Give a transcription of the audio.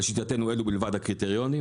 לשיטתנו אלו בלבד הקריטריונים.